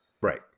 Right